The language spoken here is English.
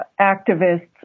activists